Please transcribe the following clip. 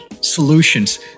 solutions